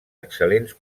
excel·lents